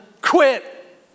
quit